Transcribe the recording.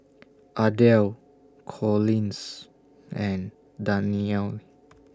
Ardell Collins and Danyelle